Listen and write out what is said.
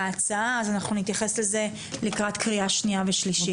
ההצעה אז אנחנו נתייחס לזה לקראת קריאה שנייה ושלישית.